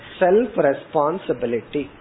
self-responsibility